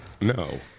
no